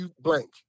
Blank